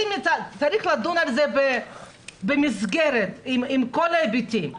צריך לדון על זה במסגרת עם כל ההיבטים.